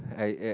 I eh